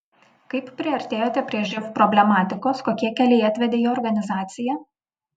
kaip priartėjote prie živ problematikos kokie keliai atvedė į organizaciją